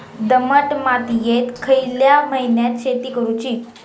दमट मातयेत खयल्या महिन्यात शेती करुची?